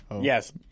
Yes